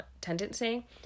tendency